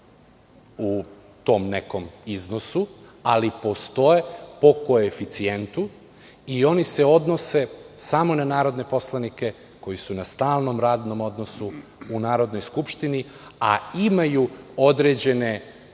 u tom nekom iznosu, ali postoje po koeficijentu i oni se odnose samo na narodne poslanike koji su na stalnom radnom odnosu u Narodnoj skupštini, a imaju određene